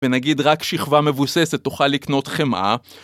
ונגיד רק שכבה מבוססת תוכל לקנות חמאה.